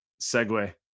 segue